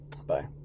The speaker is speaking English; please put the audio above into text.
Bye